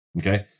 Okay